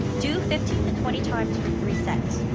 do fifteen to twenty times for three sets.